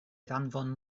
ddanfon